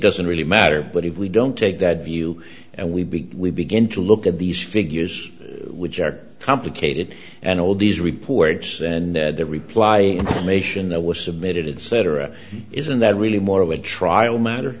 doesn't really matter but if we don't take that view and we begin we begin to look at these figures which are complicated and all these reports then that the reply mation that was submitted cetera isn't that really more of a trial matter